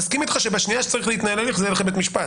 אני מסכים איתך שבשנייה שצריך להתנהל הליך זה ילך לבית המשפט.